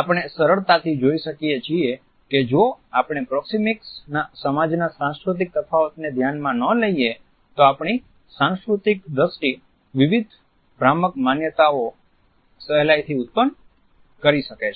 આપણે સરળતાથી જોઈ શકીએ છીએ કે જો આપણે પ્રોક્સિમીક્સના સમાજના સાંસ્કૃતિક તફાવતને ધ્યાનમાં ન લઈએ તો આપણી સાંસ્કૃતિક દ્રષ્ટિ વિવિધ ભ્રામક માન્યતાઓ સેહલાઇથી ઉત્પન્ન કરી શકે છે